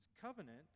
covenant